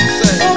say